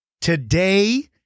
today